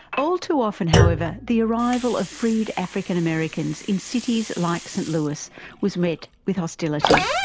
all too often however the arrival of freed african-americans in cities like st louis was met with hostility.